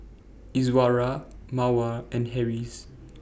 Izzara Mawar and Harris